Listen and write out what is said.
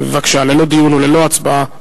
ללא דיון וללא הצבעה.